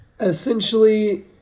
Essentially